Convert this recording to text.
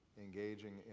engaging